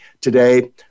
today